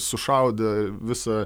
sušaudė visą